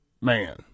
man